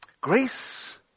Grace